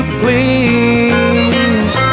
please